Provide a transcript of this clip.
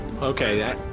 Okay